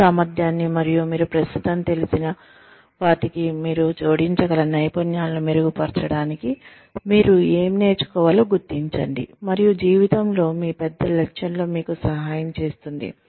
మీ సామర్థ్యాన్ని మరియు మీరు ప్రస్తుతం తెలిసిన వాటికి మీరు జోడించగల నైపుణ్యాలను మెరుగుపరచడానికి మీరు ఏమి నేర్చుకోవాలో గుర్తించండి మరియు జీవితంలో మీ పెద్ద లక్ష్యంలో మీకు సహాయం చేస్తుంది